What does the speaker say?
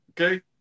okay